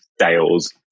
sales